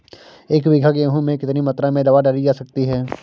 एक बीघा गेहूँ में कितनी मात्रा में दवा डाली जा सकती है?